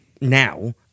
now